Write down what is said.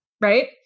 Right